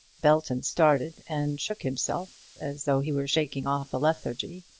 belton started and shook himself, as though he were shaking off a lethargy,